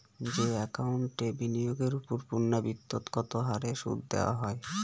যে একাউন্টে বিনিয়োগের ওপর পূর্ণ্যাবৃত্তৎকত হারে সুদ দেওয়া হয়